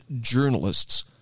journalists